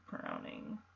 Browning